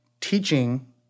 teaching